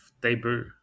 debut